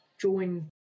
join